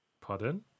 Pardon